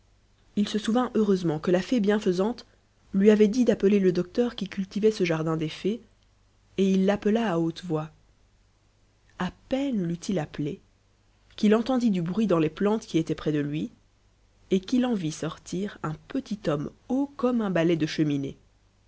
il se souvint heureusement que la fée bienfaisante lui avait dit d'appeler le docteur qui cultivait le jardin des fées et il l'appela à haute voix a peine l'eut-il appelé qu'il entendit du bruit dans les plantes qui étaient près de lui et qu'il en vit sortir un petit homme haut comme un balai de cheminée